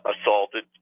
assaulted